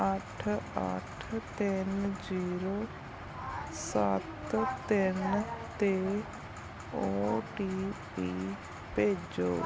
ਅੱਠ ਅੱਠ ਤਿੰਨ ਜ਼ੀਰੋ ਸੱਤ ਤਿੰਨ 'ਤੇ ਓ ਟੀ ਪੀ ਭੇਜੋ